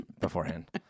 beforehand